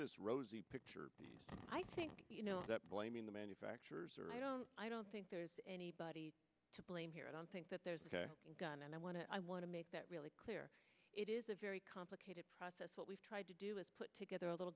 this rosy picture i think you know that blaming the manufacturers or i don't i don't think anybody is to blame here i don't think that there's a gun and i want to i want to make that really clear it is a very complicated process what we've tried to do is put together a little